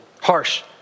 harsh